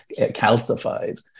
calcified